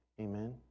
Amen